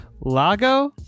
Lago